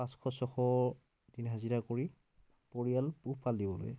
পাঁচশ ছশ দিন হাজিৰা কৰি পৰিয়াল পোহপাল দিবলৈ